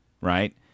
right